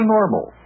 Normal